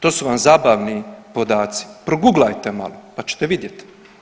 To su vam zabavni podaci, proguglajte malo pa ćete vidjeti.